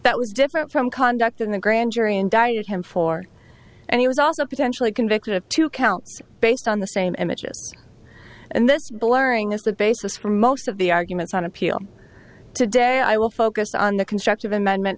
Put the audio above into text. that was different from conduct in the grand jury indicted him for and he was also potentially convicted of two counts based on the same images and this blurring is the basis for most of the arguments on appeal today i will focus on the constructive amendment